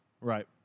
Right